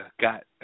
got